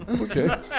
Okay